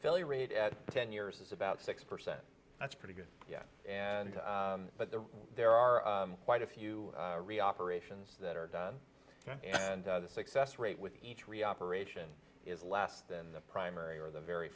failure rate at ten years is about six percent that's pretty good yes and but there are there are quite a few re operations that are done and the success rate with each re operation is less than the primary or the very